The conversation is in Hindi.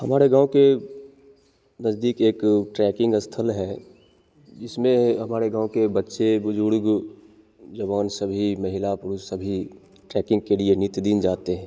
हमारे गाँव के नजदीक एक ट्रैकिंग स्थल है जिसमें हमारे गाँव के बच्चे बुजुर्ग जवान सभी महिला पुरुष सभी ट्रैकिंग के लिए नित दिन जाते हैं